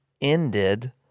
ended